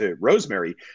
rosemary